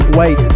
wait